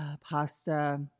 pasta